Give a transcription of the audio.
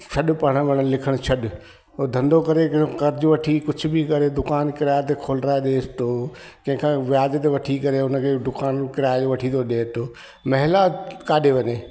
छॾु पढ़्नि वढ़्नि लिखण छॾु हो धंधो करे कर्ज वठी कुझु बि करे दुकानु किराए ते खोलराए ॾिए थो कंहिंखां वियाज ते वठी करे उनखे दुकानु किराए ते वठी थो ॾिए थो महिला किथे वञे